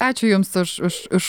ačiū jums už už už